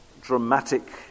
dramatic